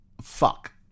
Fuck